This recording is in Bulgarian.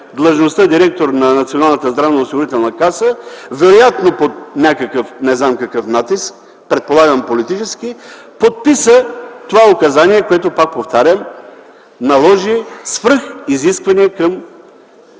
длъжността „директор” на Националната здравноосигурителна каса вероятно под някакъв, не знам какъв, натиск, предполагам – политически, подписа това указание, което, пак повтарям, наложи свръхизисквания към